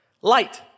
Light